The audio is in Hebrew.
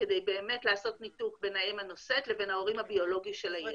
באמת לעשות ניתוק בין האם הנושאת לבין ההורים הביולוגים של הילד.